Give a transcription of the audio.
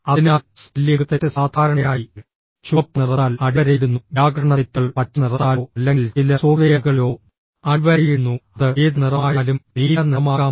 അതിനാൽ സ്പെല്ലിംഗ് തെറ്റ് സാധാരണയായി ചുവപ്പ് നിറത്താൽ അടിവരയിടുന്നു വ്യാകരണ തെറ്റുകൾ പച്ച നിറത്താലോ അല്ലെങ്കിൽ ചില സോഫ്റ്റ്വെയറുകളിലോ അടിവരയിടുന്നു അത് ഏത് നിറമായാലും നീല നിറമാകാം